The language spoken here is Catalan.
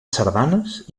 sardanes